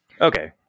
Okay